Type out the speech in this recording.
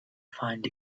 find